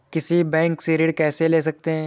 किसी बैंक से ऋण कैसे ले सकते हैं?